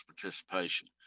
participation